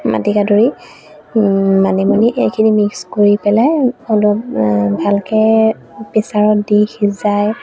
মাটিকাদুৰী মানিমুনি এইখিনি মিক্স কৰি পেলাই অলপ ভালকে প্ৰেছাৰত দি সিজাই